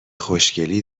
خوشگلی